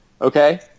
Okay